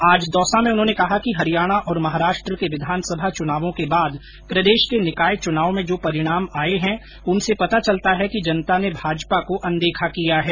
आज दौसा में उन्होंने कहा कि हरियाणा और महाराष्ट्र के विधानसभा चुनावों के बाद प्रदेश के निकाय चुनाव में जो परिणाम आये है उन से पता चलता है कि जनता ने भाजपा को अनदेखा किया है